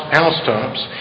housetops